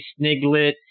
sniglet